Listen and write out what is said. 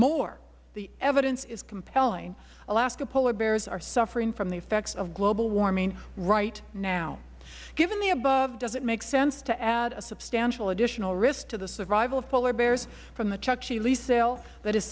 more the evidence is compelling alaska polar bears are suffering from the effects of global warming right now given the above it doesn't make sense to add a substantial additional risk to the survival of polar bears from the chukchi lease sale that is